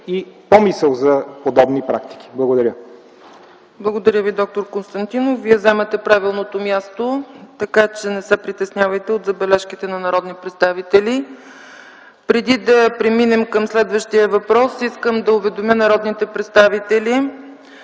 и помисъл за подобни практики. Благодаря. ПРЕДСЕДАТЕЛ ЦЕЦКА ЦАЧЕВА: Благодаря Ви, д-р Константинов. Вие заемате правилното място, така че не се притеснявайте от забележките на народни представители. Преди да преминем към следващия въпрос, искам да уведомя народните представители,